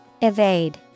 Evade